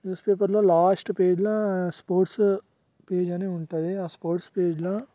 news పేపర్లో last పేజీల sports page అని ఉంటుంది ఆ స్పోర్ట్స్ పేజీల